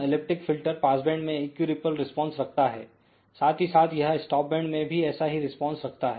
elliptic filter passband में equiripple response रखता हैसाथ ही साथ यह स्टॉप बैंड में भी ऐसा ही रिस्पांस रखता है